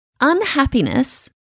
unhappiness